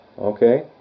okay